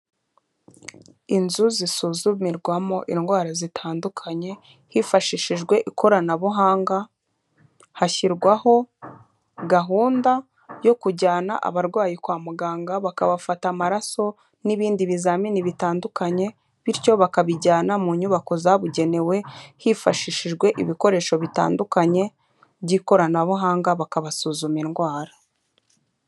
Inzu zisuzumirwamo indwara zitandukanye, hifashishijwe ikoranabuhanga, hashyirwaho gahunda yo kujyana abarwayi kwa muganga bakabafata amaraso n'ibindi bizamini bitandukanye bityo bakabijyana mu nyubako zabugenewe, hifashishijwe ibikoresho bitandukanye by'ikoranabuhanga, bakabasuzuma indwara.